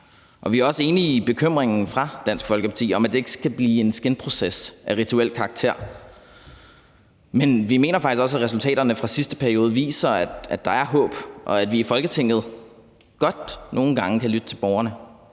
Vi er også enige i bekymringen fra Dansk Folkeparti om, at det ikke skal blive en skinproces af rituel karakter, men vi mener faktisk også, at resultaterne fra sidste periode viser, at der er håb, og at vi i Folketinget godt nogle gange kan lytte til borgerne.